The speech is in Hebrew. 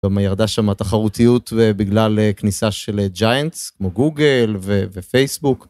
גם ירדה שם התחרותיות בגלל כניסה של ג'יינטס, כמו גוגל ופייסבוק.